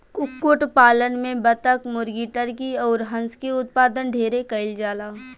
कुक्कुट पालन में बतक, मुर्गी, टर्की अउर हंस के उत्पादन ढेरे कईल जाला